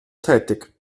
tätig